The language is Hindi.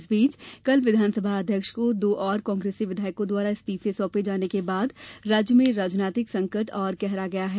इस बीच कल विधानसभा अध्यक्ष को दो और कांग्रेसी विधायकों द्वारा इस्तीफे सौंपे जाने के बाद राज्य में राजनीतिक संकट और गहरा गया है